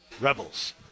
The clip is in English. Rebels